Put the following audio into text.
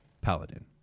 paladin